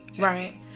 right